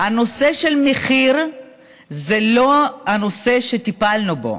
הנושא של המחיר זה לא הנושא שטיפלנו בו.